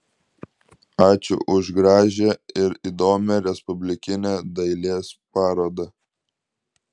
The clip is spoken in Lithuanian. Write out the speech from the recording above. ačiū už gražią ir įdomią respublikinę dailės parodą